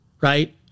right